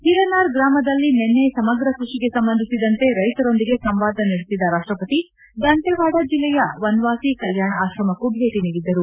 ಹಿರನಾರ್ ಗ್ರಾಮದಲ್ಲಿ ನಿನ್ನೆ ಸಮಗ್ರ ಕೃಷಿಗೆ ಸಂಬಂಧಿಸಿದಂತೆ ರೈತರೊಂದಿಗೆ ಸಂವಾದ ನಡೆಸಿದ ರಾಷ್ಟ ಪತಿ ದಂತೆವಾದ ಜಿಲ್ಲೆಯ ವನ್ವಾಸಿ ಕಲ್ಯಾಣ ಅಶ್ರಮಕ್ಕೂ ಭೇಟಿ ನೀಡಿದ್ದರು